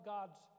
God's